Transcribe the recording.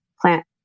plant